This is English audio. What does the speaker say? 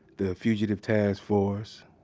the fugitive task force,